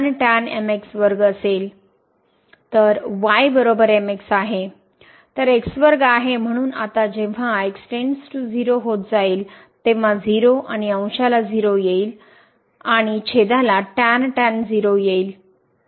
तर y mx आहे तर आहे म्हणून आता जेव्हा x → 0 होत जाईल तेव्हा 0 आणि अंशाला 0 येईल आणि छेदाला येईल